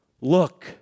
Look